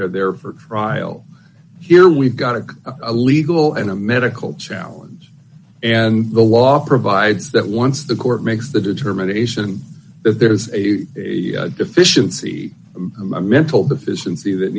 they're there for trial here we've got a a legal and a medical challenge and the law provides that once the court makes the determination if there's a deficiency a mental deficiency that